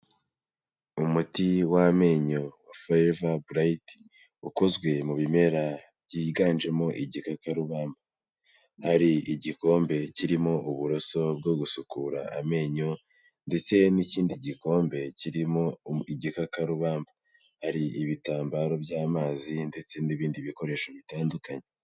Umuti w'amenyo wa Forever Bright ukozwe mu bimera byiganjemo igikakarubamba, hari igikombe kirimo uburoso bwo gusukura amenyo ndetse n'ikindi gikombe kirimo igikakarubamba, hari ibitambaro by'amazi ndetse n'ibindi bikoresho bitandukanye.